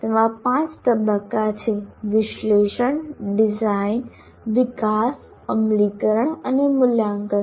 તેમાં પાંચ તબક્કા છે વિશ્લેષણ ડિઝાઇન વિકાસ અમલીકરણ અને મૂલ્યાંકન